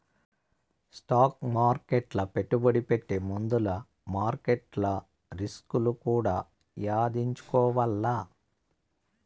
stock మార్కెట్ల పెట్టుబడి పెట్టే ముందుల మార్కెట్ల రిస్కులు కూడా యాదించుకోవాల్ల